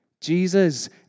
Jesus